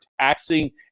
taxing